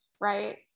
right